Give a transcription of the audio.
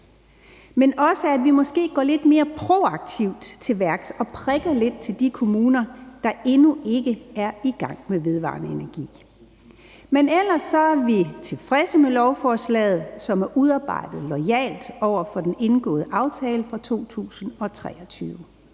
men også til, at vi måske går lidt mere proaktivt til værks og prikker lidt til de kommuner, der endnu ikke er i gang med vedvarende energi. Ellers er vi tilfredse med lovforslaget, som er udarbejdet loyalt over for den indgåede aftale fra 2023.